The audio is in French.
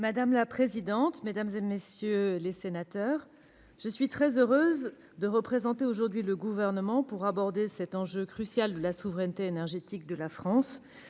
Madame la présidente, mesdames, messieurs les sénateurs, je suis très heureuse de représenter aujourd'hui le Gouvernement pour aborder cet enjeu crucial de la souveraineté énergétique de la France.